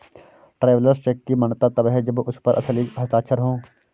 travellers cheque की मान्यता तब है जब उस पर असली हस्ताक्षर हो